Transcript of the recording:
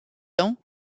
dons